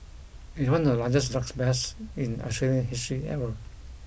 it one of the largest drugs busts in Australian history ever